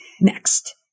next